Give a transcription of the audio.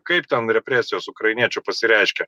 kaip ten represijos ukrainiečių pasireiškė